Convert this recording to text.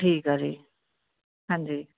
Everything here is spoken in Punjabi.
ਠੀਕ ਆ ਜੀ ਹਾਂਜੀ